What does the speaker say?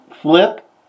flip